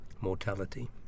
mortality